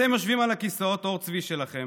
אתם יושבים על כיסאות עור הצבי שלכם